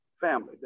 family